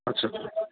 ਅੱਛਾ ਅੱਛਾ